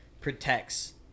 protects